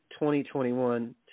2021